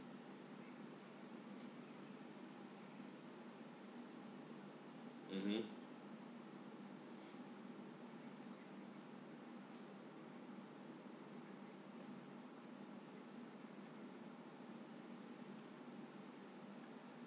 mmhmm